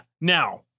now